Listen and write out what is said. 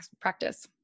practice